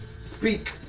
speak